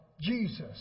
Jesus